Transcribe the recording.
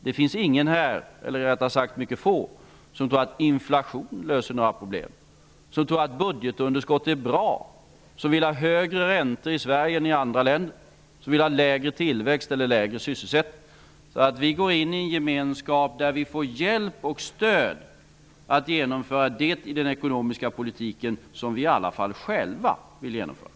Det finns mycket få här som tror att inflation löser några problem, som tror att budgetunderskott är bra, som vill ha högre räntor i Sverige än vad som är fallet i andra länder eller som vill ha mindre tillväxt eller lägre sysselsättning. Vi går in i en gemenskap där vi får hjälp och stöd när det gäller att genomföra det i den ekonomiska politiken som vi i alla fall själva vill genomföra.